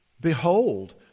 Behold